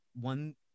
one